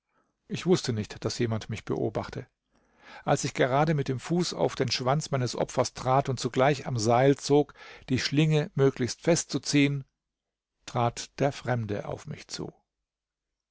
ich wußte nicht daß jemand mich beobachte als ich gerade mit dem fuß auf den schwanz meines opfers trat und zugleich am seil zog die schlinge möglichst festzuziehen trat der fremde auf mich zu